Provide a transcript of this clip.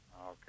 Okay